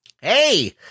Hey